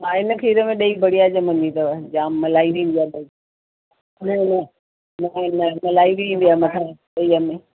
हा इन खीर में ॾही बढ़िया ॼमंदी अथव जाम मलाई बि ईंदी आहे न न न न मलाई बि ईंदी आहे मथां ॾहीअ में